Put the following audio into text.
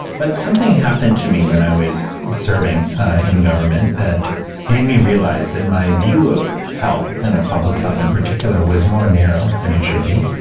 but something happened to me when i was serving in government that made me realize that and my view of health, and of public health in particular, was more narrow than it should be.